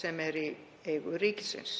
sem eru í eigu ríkisins.